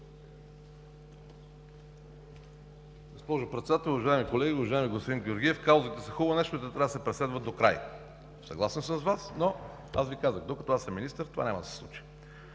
Съгласен съм с Вас, но Ви казах: докато аз съм министър, това няма да се случи.